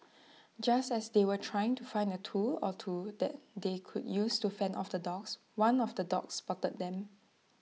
just as they were trying to find A tool or two that they could use to fend off the dogs one of the dogs spotted them